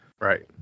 Right